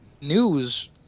news